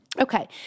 Okay